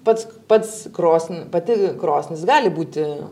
pats pats krosn pati krosnis gali būti